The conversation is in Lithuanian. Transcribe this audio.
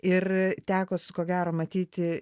ir teko su ko gero matyti